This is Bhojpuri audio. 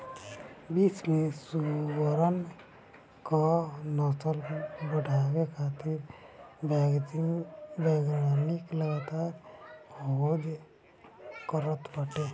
विश्व में सुअरन क नस्ल बढ़ावे खातिर वैज्ञानिक लगातार खोज करत बाटे